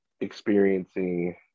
experiencing